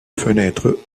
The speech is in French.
fenêtres